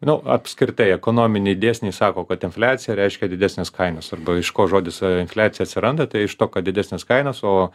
nu apskritai ekonominiai dėsniai sako kad infliacija reiškia didesnis kainos arba iš ko žodis ee infliacija atsiranda tai iš to kad didesnės kainos o